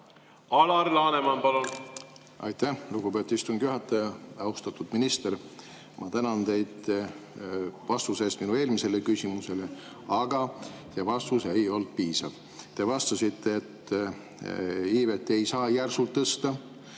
Alar Laneman, palun!